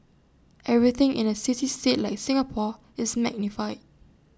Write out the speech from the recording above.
everything in A city state like Singapore is magnified